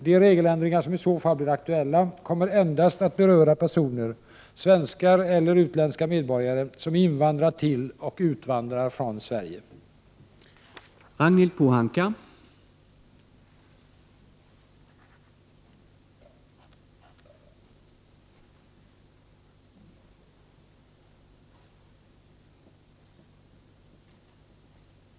De regeländringar som i så fall blir aktuella kommer endast att beröra personer — svenskar eller utländska medborgare — som invandrar till och utvandrar från Sverige. Då Per Gahrton, som framställt frågan, anmält att han var förhindrad att närvara vid sammanträdet, medgav andre vice talmannen att Ragnhild Pohanka i stället fick delta i överläggningen.